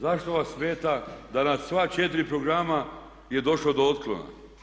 Zašto vas smeta da na sva 4 programa je došlo do otklona?